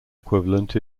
equivalent